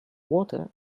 water